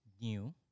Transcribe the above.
new